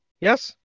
yes